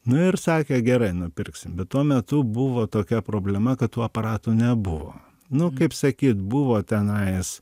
nu ir sakė gerai nupirksim bet tuo metu buvo tokia problema kad tų aparatų nebuvo nu kaip sakyt buvo tenais